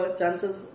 chances